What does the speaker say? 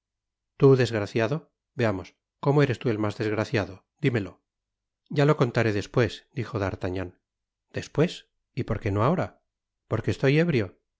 tú desgraciado veamos l como eres tú el mas desgraciado dimelo nía lo contaré despues dijo d'artagnan despues y por qué no ahora porque estoy ébrio